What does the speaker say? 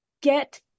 get